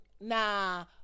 nah